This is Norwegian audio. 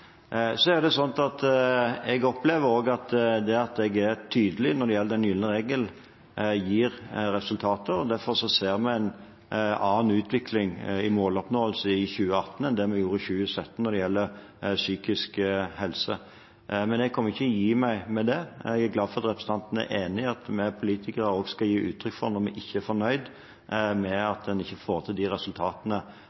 Jeg opplever også at det at jeg er tydelig når det gjelder den gylne regel, gir resultater. Derfor ser vi en annen utvikling i måloppnåelse i 2018 enn vi gjorde i 2017 når det gjelder psykisk helse, men jeg kommer ikke til å gi meg med det. Jeg er glad for at representanten er enig i at vi politikere også skal gi uttrykk for det når vi ikke er fornøyd med